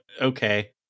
Okay